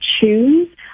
choose